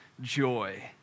joy